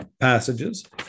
passages